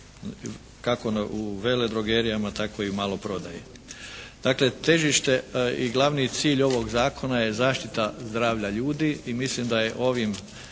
kako u veledrogerijama, tako i maloprodaji. Dakle, težište i glavni cilj ovog Zakona je zaštita zdravlja ljudi i mislim da je ovim